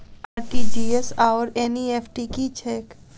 RTGS आओर NEFT की छैक?